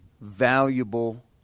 valuable